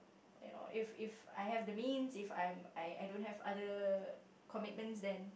you know if if I have the means if I'm I don't have other commitments then